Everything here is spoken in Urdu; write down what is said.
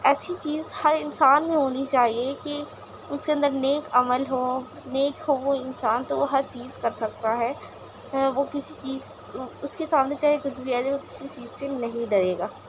ایسی چیز ہر انسان میں ہونی چاہیے کہ اس کے اندر نیک عمل ہو نیک ہو وہ انسان تو وہ ہر چیز کر سکتا ہے وہ کسی چیز اس کے سامنے چاہے کچھ بھی آ جائے وہ کسی چیز سے نہیں ڈرے گا